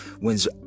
wins